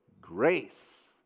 grace